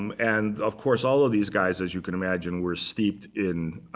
um and of course, all of these guys, as you can imagine, were steeped in